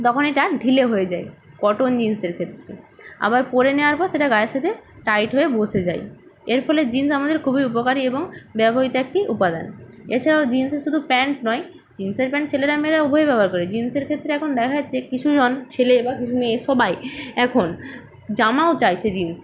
তখন এটা ঢিলে হয়ে যায় কটন জিন্সের ক্ষেত্রে আবার পরে নেওয়ার পর সেটা গায়ের সাথে টাইট হয়ে বসে যায় এর ফলে জিন্স আমাদের খুবই উপকারী এবং ব্যবহৃত একটি উপাদান এছাড়াও জিন্সের শুধু প্যান্ট নয় জিন্সের প্যান্ট ছেলেরা মেয়েরা উভয়েই ব্যবহার করে জিন্সের ক্ষেত্রে এখন দেখা যাচ্ছে কিছুজন ছেলে বা কিছু মেয়ে সবাই এখন জামাও চাইছে জিন্সের